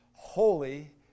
Holy